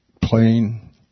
plain